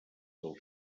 del